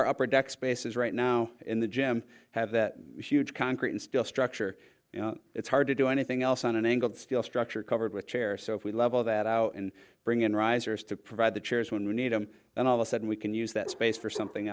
our upper deck spaces right now in the gym have that huge concrete and steel structure it's hard to do anything else on an angled steel structure covered with chair so if we level that out and bring in risers to provide the chairs when we need them and all of a sudden we can use that space for something